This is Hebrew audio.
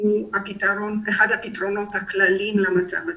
הוא אחד הפתרון הכלליים למצב הזה.